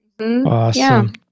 Awesome